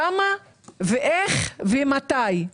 כמה ואיך ומתי?